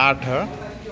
ଆଠ